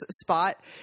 spot